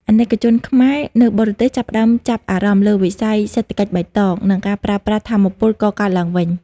អាណិកជនខ្មែរ នៅបរទេសចាប់ផ្ដើមចាប់អារម្មណ៍លើវិស័យ "សេដ្ឋកិច្ចបៃតង" និងការប្រើប្រាស់ថាមពលកកើតឡើងវិញ។